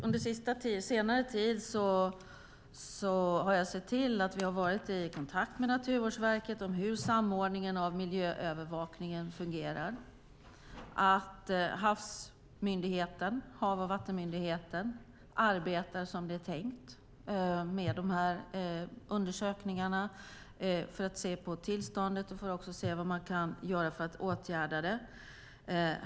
Under senare tid har vi varit i kontakt med Naturvårdsverket om hur samordningen av miljöövervakningen fungerar, att Havs och vattenmyndigheten arbetar som det är tänkt med dessa undersökningar, ser på tillståndet och vad man kan göra för att åtgärda det.